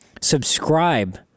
Subscribe